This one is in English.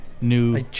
new